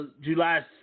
July